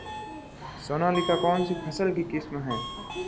सोनालिका कौनसी फसल की किस्म है?